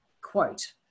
quote